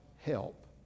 help